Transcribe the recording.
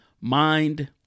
mind